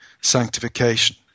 sanctification